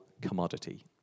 commodity